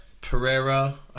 Pereira